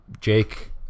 Jake